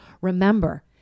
Remember